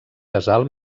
casal